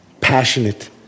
passionate